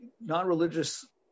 non-religious